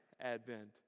advent